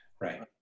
Right